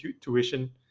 tuition